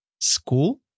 school